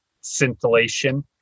scintillation